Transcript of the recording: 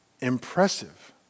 Impressive